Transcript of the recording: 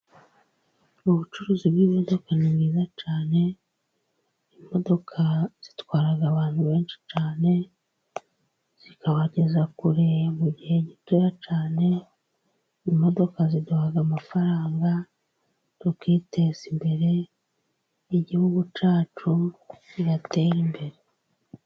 Ubucuruzi bw'imodoka ni bwiza cyane, imodoka zitwara abantu benshi cyane zikabageza kure mu gihe gitoya cyane, imodoka ziduha amafaranga tukiteza imbere igihugu cyacu kigatera imbere.